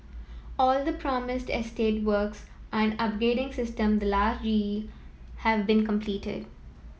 all the promised estate works and upgrading since the last G E have been completed